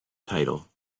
title